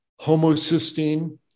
homocysteine